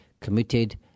committed